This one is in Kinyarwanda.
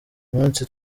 munsi